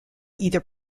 either